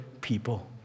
people